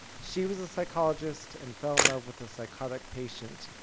she was a psychologist and fell in love with a psychotic patient,